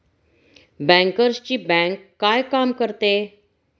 बँकर्सची बँक काय काम करते?